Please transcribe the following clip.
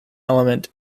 element